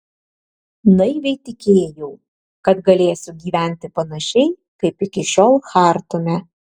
naiviai tikėjau kad galėsiu gyventi panašiai kaip iki šiol chartume